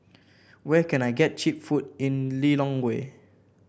where can I get cheap food in Lilongwe